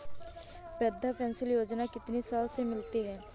वृद्धा पेंशन योजना कितनी साल से मिलती है?